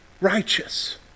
righteous